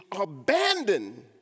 abandon